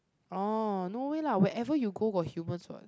orh no way lah wherever you go got humans what